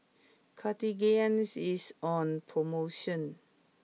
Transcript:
Cartigain is on promotion